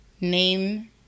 Name